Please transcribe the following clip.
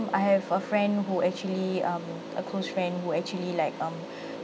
I have a friend who actually um a close friend who actually like um